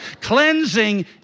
Cleansing